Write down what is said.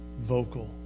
vocal